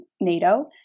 NATO